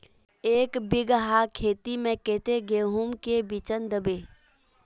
एक बिगहा खेत में कते गेहूम के बिचन दबे?